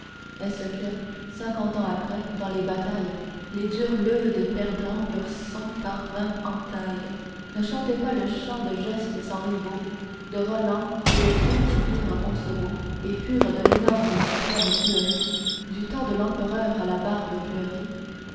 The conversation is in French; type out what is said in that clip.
est-ce que cinquante ans après dans les batailles les durs leudes perdant leur sang par vingt entailles ne chantaient pas le chant de geste sans rivaux de roland et de ceux qui virent roncevaux et furent de l'énorme et suprême tuerie du temps de l'empereur à la barbe fleurie